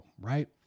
right